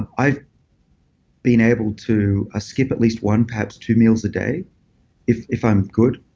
i've been able to ah skip at least one, perhaps two meals a day if if i'm good.